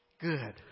Good